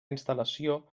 instal·lació